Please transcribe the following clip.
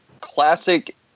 classic